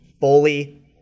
fully